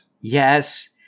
Yes